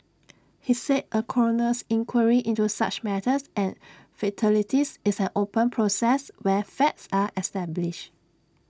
he said A coroner's inquiry into such matters and fatalities is an open process where facts are established